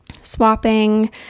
swapping